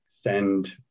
send